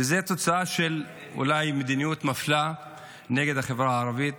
שזו תוצאה אולי של מדיניות מפלה נגד החברה הערבית